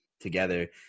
together